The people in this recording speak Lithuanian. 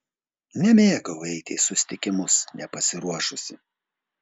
nemėgau eiti į susitikimus nepasiruošusi